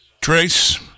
Trace